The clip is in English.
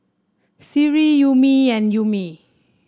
Seri Ummi and Ummi